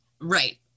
right